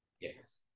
Yes